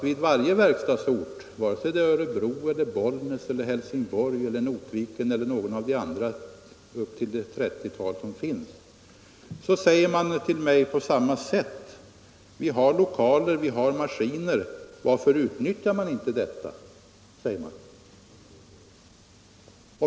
Vid varje verkstadsort, vare sig det är Örebro, Bollnäs Helsingborg, Notviken eller någon av de andra omkring trettiotalet som finns, får jag höra samma sak: Vi har lokaler och maskiner — varför utnyttjar ni inte detta?